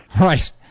Right